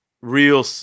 real